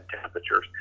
temperatures